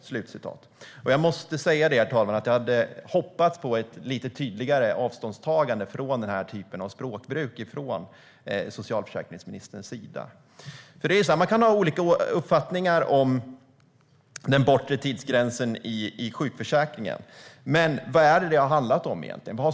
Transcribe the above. Jag hade verkligen hoppats på ett tydligare avståndstagande från den här typen av språkbruk från socialförsäkringsministerns sida. Man kan ha olika uppfattningar om den bortre tidsgränsen i sjukförsäkringen. Men vad är det som har varit syftet egentligen?